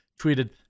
tweeted